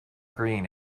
green